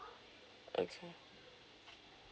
okay